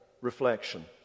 reflection